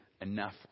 enough